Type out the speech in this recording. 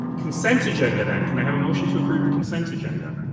consent agenda then. can i have a motion to approve the consent agenda?